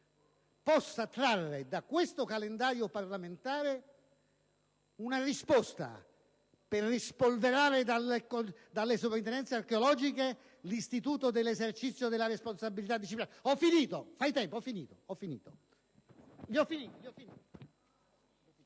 possa trarre da questo calendario parlamentare una ragione per rispolverare dalle sovrintendenze archeologiche l'istituto dell'esercizio della responsabilità disciplinare. *(Commenti del senatore